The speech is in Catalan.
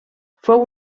fou